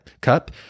cup